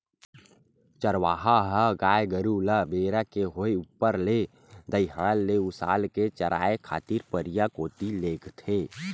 चरवाहा ह गाय गरु ल बेरा के होय ऊपर ले दईहान ले उसाल के चराए खातिर परिया कोती लेगथे